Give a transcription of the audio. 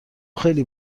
خیلی